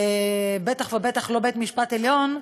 בטח ובטח בית-משפט עליון,